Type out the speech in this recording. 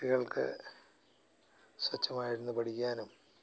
കുട്ടികൾക്ക് സ്വസ്തമായിരുന്ന് പഠിക്കാനും